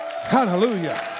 Hallelujah